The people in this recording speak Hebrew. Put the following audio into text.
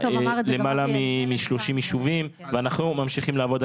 למעלה מ-30 יישובים ואנחנו ממשיכים לעבוד.